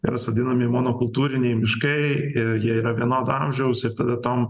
yra sodinami monokultūriniai miškai ir jie yra vienodo amžiaus ir tada tom